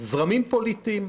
זרמים פוליטיים,